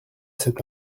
cet